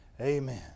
Amen